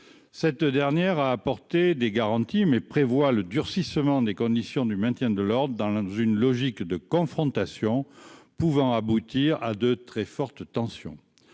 cette dernière a apporté des garanties mais prévoit le durcissement des conditions du maintien de l'ordre dans la, dans une logique de confrontation pouvant aboutir à de très fortes tensions